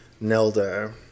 Nelda